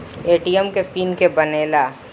ATM के PIN के के बनेला?